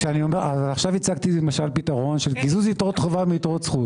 עכשיו הצעתי פתרון של קיזוז יתרות חובה מיתרות זכות.